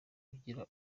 ugira